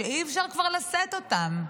שאי-אפשר כבר לשאת אותם.